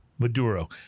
Maduro